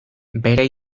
bere